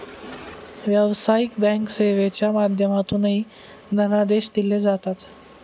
व्यावसायिक बँक सेवेच्या माध्यमातूनही धनादेश दिले जातात